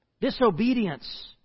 Disobedience